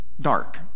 dark